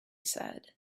said